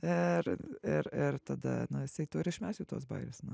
ir ir ir tada nu jisai turi išmesti tuos bajerius nu